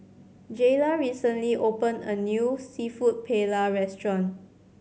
Jayla recently opened a new Seafood Paella Restaurant